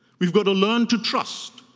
we've got to learn to trust,